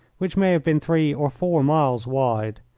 which may have been three or four miles wide.